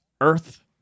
earth